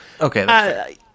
Okay